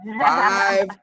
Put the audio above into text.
five